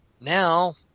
now